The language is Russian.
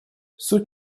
суд